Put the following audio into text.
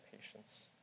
patience